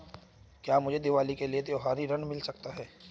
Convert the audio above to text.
क्या मुझे दीवाली के लिए त्यौहारी ऋण मिल सकता है?